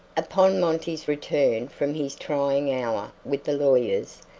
upon monty's return from his trying hour with the lawyers,